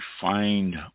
find